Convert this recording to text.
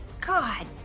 God